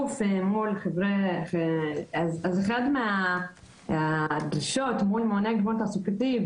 אז אחת מהדרישות מול ממוני גיוון תעסוקתי,